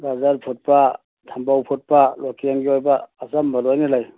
ꯒꯥꯖꯔ ꯐꯨꯠꯄ ꯊꯝꯕꯧ ꯐꯨꯠꯄ ꯂꯣꯀꯦꯜꯒꯤ ꯑꯣꯏꯕ ꯑꯆꯝꯕ ꯂꯣꯏꯅ ꯂꯩ